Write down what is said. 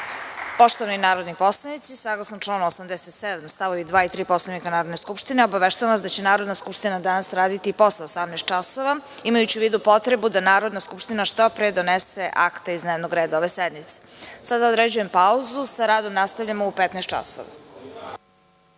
Hvala. Poštovani narodni poslanici, saglasno članu 87. stavovi 2. i 3. Poslovnika Narodne skupštine, obaveštavam vas da će Narodna skupština danas raditi i posle 18,00 časova, imajući u vidu potrebu da Narodna skupština što pre donese akte iz dnevnog reda ove sednice. Sada određujem pauzu. Sa radom nastavljamo u 15,00